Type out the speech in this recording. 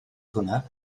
hwnna